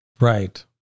Right